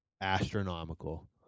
astronomical